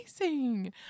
amazing